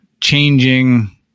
changing